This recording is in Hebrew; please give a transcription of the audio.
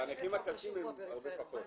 הנכים הקשים הם הרבה פחות.